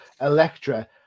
electra